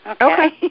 Okay